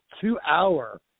two-hour